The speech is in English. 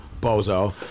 bozo